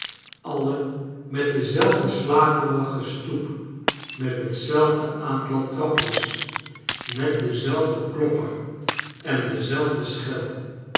alle met dezelfde slaperige stoep met helzelfde aantal trapjes met denzelfden klopper en dezelfde schel